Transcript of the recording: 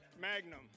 Magnum